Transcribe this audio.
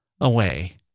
away